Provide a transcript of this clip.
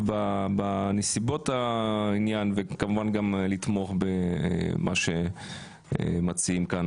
בנסיבות העניין וכמובן גם לתמוך במה שמציעים כאן,